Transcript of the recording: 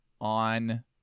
on